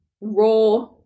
raw